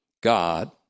God